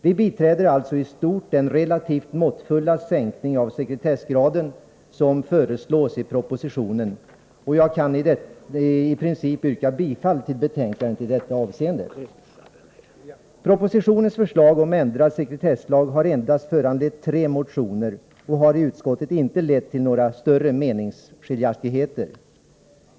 Vi biträder alltså i stort den relativt måttfulla sänkning av sekretessgraden som föreslås i propositionen, och jag kan i princip yrka bifall till hemställan i betänkandet i detta avseende. Propositionens förslag om ändrad sekretesslag har endast föranlett tre motioner och har i utskottet inte lett till några större meningsskiljaktigheter.